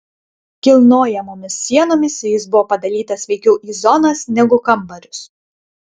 kilnojamomis sienomis jis buvo padalytas veikiau į zonas negu kambarius